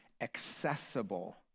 accessible